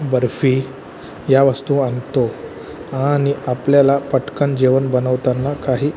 बर्फी या वस्तू आणतो आणि आपल्याला पटकन जेवण बनवताना काही